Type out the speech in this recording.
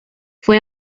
fue